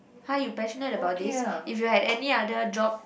!huh! you passionate about this if you had any other job